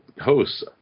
hosts